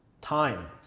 Time